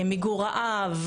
מיגור רעב,